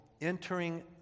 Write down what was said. entering